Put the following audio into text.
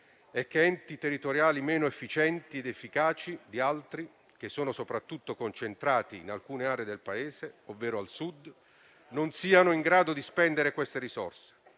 è che enti territoriali meno efficienti ed efficaci di altri, che sono concentrati soprattutto in alcune aree del Paese, ovvero al Sud, non siano in grado di spendere queste risorse.